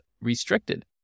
restricted